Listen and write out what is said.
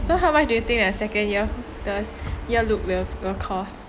so how much do you think your second ear ear loop will cost